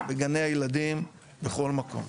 בגני הילדים, בכל מקום.